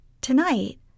Tonight